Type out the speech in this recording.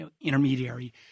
intermediary